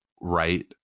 right